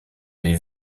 les